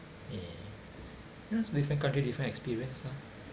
ya yes different country different experiences lah